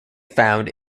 found